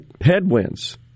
headwinds